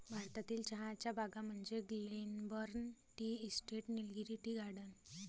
भारतातील चहाच्या बागा म्हणजे Glenburn tea estate, Nilgiri tea garden